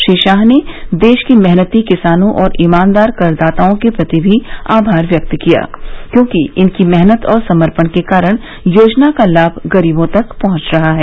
श्री शाह ने देश के मेहनती किसानों और ईमानदार करदाताओं के प्रति भी आभार व्यक्त किया क्योंकि इनकी मेहनत और समर्पण के कारण योजना का लाभ गरीबों तक पहुंच रहा है